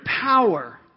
power